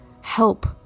help